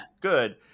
good